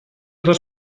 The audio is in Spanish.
dos